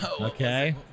Okay